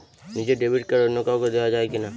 নিজের debit card অন্য কাউকে দেওয়া যায় কি না?